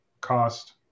Cost